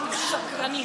שלוש דקות.